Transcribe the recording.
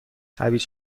هویج